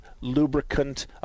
lubricant